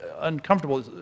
uncomfortable